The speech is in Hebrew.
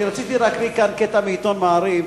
רציתי לקרוא כאן קטע מעיתון "מעריב":